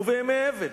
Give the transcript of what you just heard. ובימי אבל,